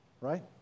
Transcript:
right